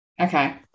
Okay